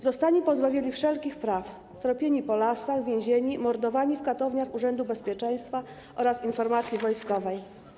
Zostali pozbawieni wszelakich praw, tropieni po lasach, więzieni, mordowani w katowniach Urzędu Bezpieczeństwa oraz Informacji Wojskowej.